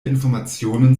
informationen